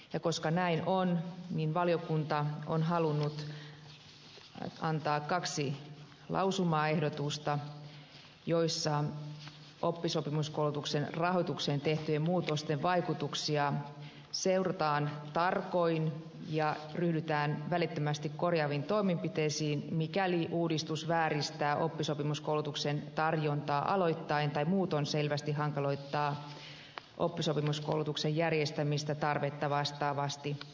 ja koska näin on niin valiokunta on halunnut antaa kaksi lausumaehdotusta joissa oppisopimuskoulutuksen rahoitukseen tehtyjen muutosten vaikutuksia seurataan tarkoin ja ryhdytään välittömästi korjaaviin toimenpiteisiin mikäli uudistus vääristää oppisopimuskoulutuksen tarjontaa aloittain tai muuten selvästi hankaloittaa oppisopimuskoulutuksen järjestämistä tarvetta vastaavasti